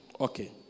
Okay